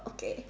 okay